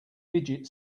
fidget